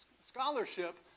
scholarship